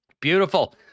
Beautiful